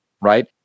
right